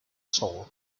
tall